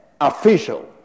official